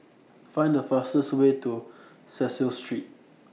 Find The fastest Way to Cecil Street